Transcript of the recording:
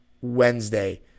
Wednesday